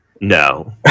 No